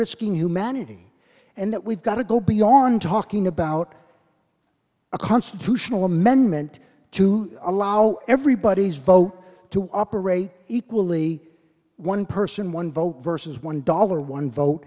risking humanity and that we've got to go beyond talking about a constitutional amendment to allow everybody's vote to operate equally one person one vote versus one dollar one vote